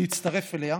להצטרף אליה,